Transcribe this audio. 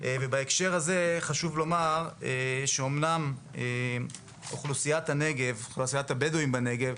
ובהקשר הזה חשוב לומר שאומנם אוכלוסיית הבדואים בנגב,